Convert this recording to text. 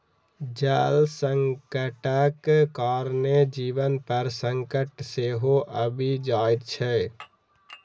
जल संकटक कारणेँ जीवन पर संकट सेहो आबि जाइत छै